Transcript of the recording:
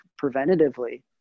preventatively